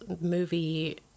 movie